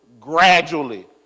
gradually